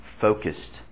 focused